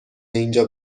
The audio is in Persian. اینجا